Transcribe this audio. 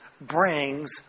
brings